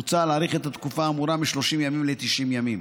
מוצע להאריך את התקופה האמורה מ-30 ימים ל־90 ימים.